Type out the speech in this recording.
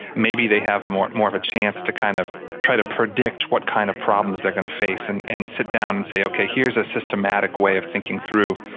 maybe they have more more of a chance to kind of try to predict what kind of problems they are going to face, and and sit down and say, okay, here's a systematic way of thinking through.